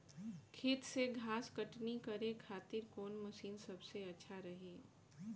खेत से घास कटनी करे खातिर कौन मशीन सबसे अच्छा रही?